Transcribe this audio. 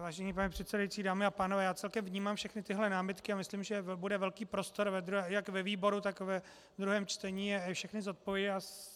Vážený pane předsedající, dámy a pánové, já celkem vnímám všechny tyhle námitky a myslím, že bude velký prostor jak ve výboru, tak ve druhém čtení je všechny zodpovědět.